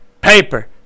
paper